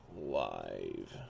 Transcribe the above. live